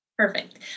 Perfect